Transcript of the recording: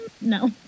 no